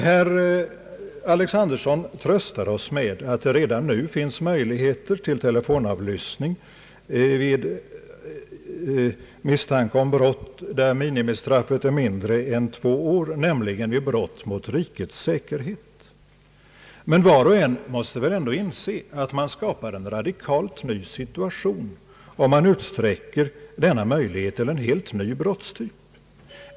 Herr Alexanderson tröstade oss med att det redan nu finns möjligheter till telefonavlyssning vid misstanke om brott för vilka minimistrafftiden är kortare än två år, nämligen brott mot rikets säkerhet. Var och en måste väl ändå inse att man skapar en helt ny situation om man utsträcker denna möjlighet till att gälla för en helt ny brottstyp.